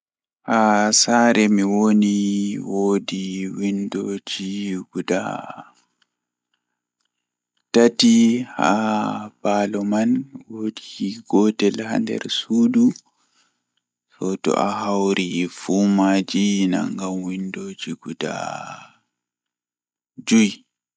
Haa sare mi woni woodi windooji guda tati haa palo man woodi gotel haa nder suudu to ahawri fuu majum nangan windooji gudaa joye.